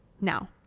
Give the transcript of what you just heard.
Now